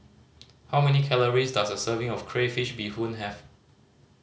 how many calories does a serving of crayfish beehoon have